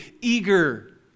eager